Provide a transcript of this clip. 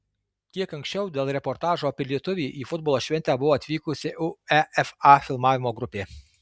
kiek anksčiau dėl reportažo apie lietuvį į futbolo šventę buvo atvykusi uefa filmavimo grupė